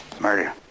murder